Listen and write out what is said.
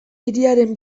hiriaren